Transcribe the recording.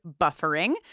buffering